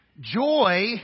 Joy